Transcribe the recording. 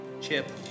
chip